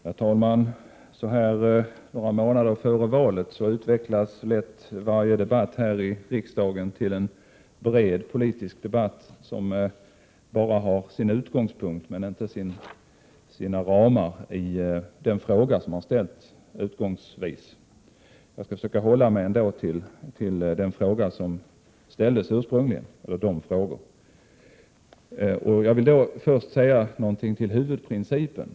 Herr talman! Så här några månader före valet utvecklas lätt varje debatt här i riksdagen till en bred politisk debatt, som bara har sin utgångspunkt men inte sina ramar i den fråga som utgångsvis har ställts. Jag skall ändå försöka hålla mig till de frågor som ursprungligen ställts. Jag vill först säga någonting om huvudprincipen.